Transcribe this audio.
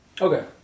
Okay